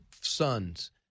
sons